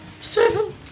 Seven